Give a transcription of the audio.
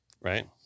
right